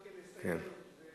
גם כן לסייע לו.